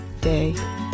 day